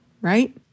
Right